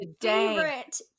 favorite